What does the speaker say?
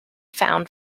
found